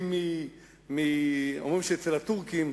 אומרים שהטורקים,